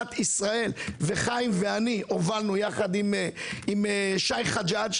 חיים ואני הובלנו יחד עם שי חג'ג'